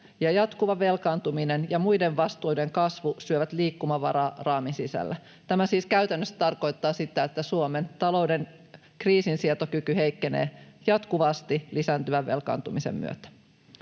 jatkuva velkaantuminen ja muiden vastuiden kasvu syövät liikkumavaraa raamin sisällä. Tämä siis käytännössä tarkoittaa sitä, että Suomen talouden kriisinsietokyky heikkenee jatkuvasti lisääntyvän velkaantumisen myötä.